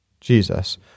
Jesus